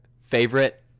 favorite